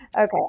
Okay